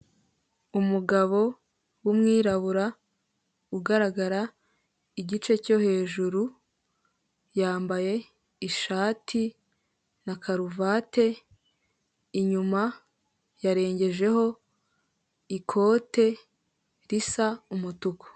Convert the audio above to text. Umugabo w’umwirabura ugaragara igice cyo hejuru yambaye ishati na karuvati, inyuma yarengejeho ikote ris’umutuku.